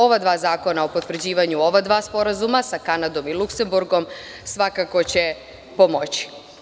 Ova dva zakona o potvrđivanju ova dva sporazuma, sa Kanadom i Luksemburgom, svakako će pomoći.